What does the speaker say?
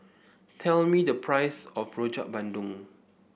tell me the price of Rojak Bandung